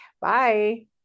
Bye